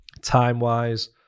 time-wise